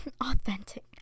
Authentic